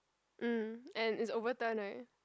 um and it's over turn right